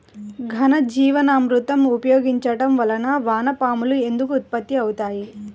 ఘనజీవామృతం ఉపయోగించటం వలన వాన పాములు ఎందుకు ఉత్పత్తి అవుతాయి?